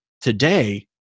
today